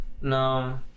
no